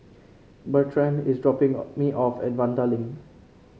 Bertrand is dropping me off at Vanda Link